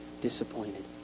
disappointed